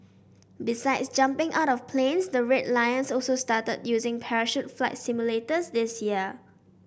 besides jumping out of planes the Red Lions also started using parachute flight simulators this year